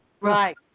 Right